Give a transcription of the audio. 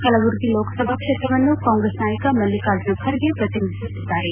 ಕಲಬುರಗಿ ಲೋಕಸಭಾ ಕ್ಷೇತ್ರವನ್ನು ಕಾಂಗ್ರೆಸ್ ನಾಯಕ ಮಲ್ಲಿಕಾರ್ಜುನ ಖರ್ಗೆ ಪ್ರತಿನಿಧಿಸುತ್ತಿದ್ದಾರೆ